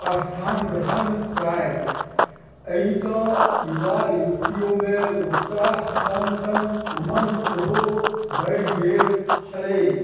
स्थानग्रहण कयल अहिठाम युवा युवतियोमे उत्साहक सङ्ग सङ्ग उमङ्ग सेहो बढ़ि गेल छलैक